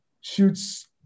Shoots